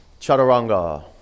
chaturanga